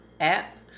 app